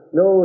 no